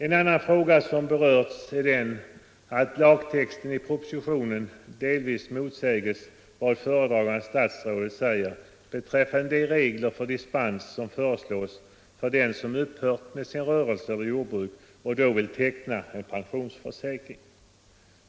En annan fråga som berörts är den att lagtexten i propositionen delvis motsäger vad föredragande statsrådet anfört beträffande de regler för dispens som föreslås för den som upphört med rörelse eller jordbruk och då vill teckna en pensionsförsäkring.